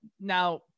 Now